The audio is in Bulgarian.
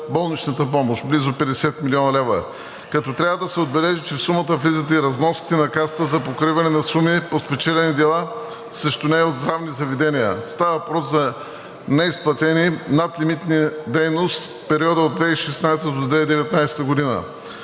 болничната помощ – близо 50 млн. лв., като трябва да се отбележи, че в сумата влизат и разноските на Касата за покриване на суми по спечелени дела срещу нея от здравни заведения. Става въпрос за неизплатена надлимитна дейност в периода от 2016 г. до 2019 г.